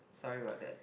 sorry about that